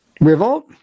Revolt